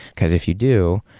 because if you do,